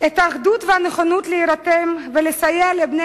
את האחדות ואת הנכונות להירתם ולסייע לבני